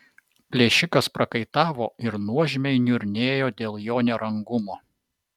plėšikas prakaitavo ir nuožmiai niurnėjo dėl jo nerangumo